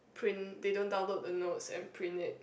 print they don't download the notes and print it